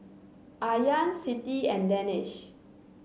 Aryan Siti and Danish